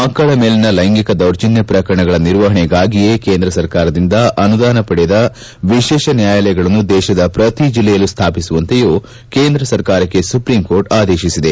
ಮಕ್ಕಳ ಮೇಲಿನ ಲೈಂಗಿಕ ದೌರ್ಜನ್ಯ ಪ್ರಕರಣಗಳ ನಿರ್ವಹಣೆಗಾಗಿಯೇ ಕೇಂದ್ರ ಸರ್ಕಾರದಿಂದ ಅನುದಾನ ಪಡೆದ ವಿಶೇಷ ನ್ಯಾಯಾಲಯಗಳನ್ನು ದೇಶದ ಪ್ರತಿ ಜಿಲ್ಲೆಯಲ್ಲೂ ಸ್ಥಾಪಿಸುವಂತೆಯೂ ಕೇಂದ್ರ ಸರ್ಕಾರಕ್ಕೆ ಸುಪ್ರೀಂಕೋರ್ಟ್ ಆದೇಶಿಸಿದೆ